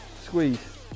squeeze